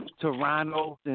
Toronto